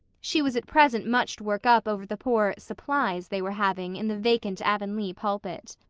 she was at present much worked up over the poor supplies they were having in the vacant avonlea pulpit.